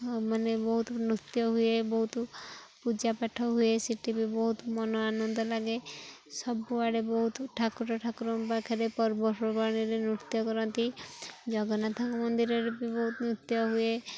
ମାନେ ବହୁତ ନୃତ୍ୟ ହୁଏ ବହୁତ ପୂଜାପାଠ ହୁଏ ସେଠି ବି ବହୁତ ମନ ଆନନ୍ଦ ଲାଗେ ସବୁଆଡ଼େ ବହୁତ ଠାକୁର ଠାକୁରଙ୍କ ପାଖରେ ପର୍ବପର୍ବାଣିରେ ନୃତ୍ୟ କରନ୍ତି ଜଗନ୍ନାଥଙ୍କ ମନ୍ଦିରରେ ବି ବହୁତ ନୃତ୍ୟ ହୁଏ